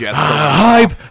hype